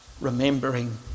remembering